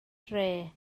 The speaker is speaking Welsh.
dre